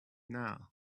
now